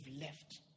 left